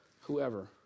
whoever